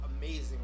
amazing